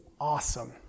awesome